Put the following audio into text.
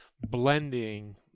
blending